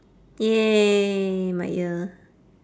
!yay! my ear